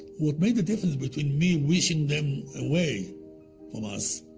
what made the difference between me wishing them away from us